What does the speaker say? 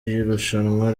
y’irushanwa